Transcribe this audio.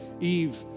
Eve